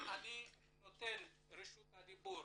אני נותן את רשות הדיבור